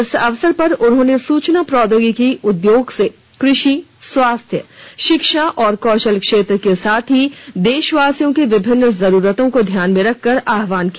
इस अवसर पर उन्होंने सूचना प्रौद्योगिकी उद्योग से कृषि स्वास्थ्य शिक्षा और कौशल क्षेत्र के साथ ही देशवासियों की विभिन्न जरूरतों को ध्यान में रखकर आहवान किया